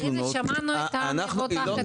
הנה שמענו את המבוטח.